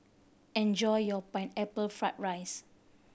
enjoy your Pineapple Fried rice